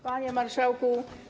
Panie Marszałku!